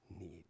need